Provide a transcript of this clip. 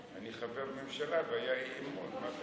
אני חבר ממשלה, הייתה הצבעת אמון.